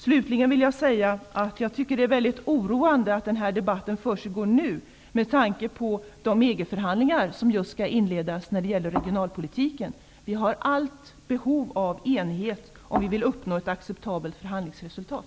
Slutligen anser jag att det är mycket oroande att denna debatt försiggår nu, med tanke på de EG förhandlingar som just skall inledas om regionalpolitiken. Vi har allt behov av enhet om vi vill uppnå ett acceptabelt förhandlingsresultat.